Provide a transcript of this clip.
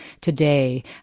today